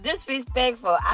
Disrespectful